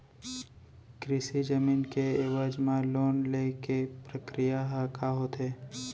कृषि जमीन के एवज म लोन ले के प्रक्रिया ह का होथे?